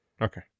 Okay